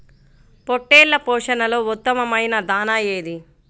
పొట్టెళ్ల పోషణలో ఉత్తమమైన దాణా ఏది?